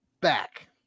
back